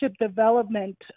development